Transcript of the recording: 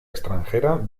extranjera